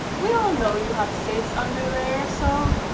we all know you have zits under there so.